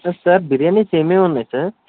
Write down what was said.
sir biryanis ఏమేమి ఉన్నాయి sir